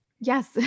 Yes